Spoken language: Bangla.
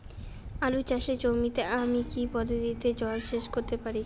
আলু চাষে জমিতে আমি কী পদ্ধতিতে জলসেচ করতে পারি?